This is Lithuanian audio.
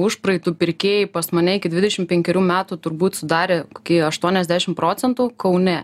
užpraeitų pirkėjai pas mane iki dvidešimt penkerių metų turbūt sudarė kokį aštuoniadešimt procentų kaune